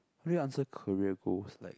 you already answer career goals like